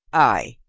ay,